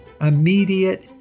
immediate